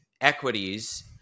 equities